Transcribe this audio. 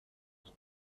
بود